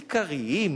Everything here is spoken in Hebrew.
סיקריים,